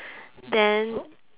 then